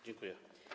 Dziękuję.